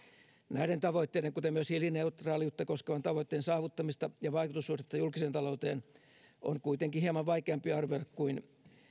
näiden tavoitteiden kuten myös hiilineutraaliutta koskevan tavoitteen saavuttamista ja vaikutussuhdetta julkiseen talouteen on kuitenkin hieman vaikeampi arvioida kuin